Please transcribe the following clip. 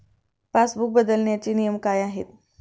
Passbook बदलण्याचे नियम काय आहेत?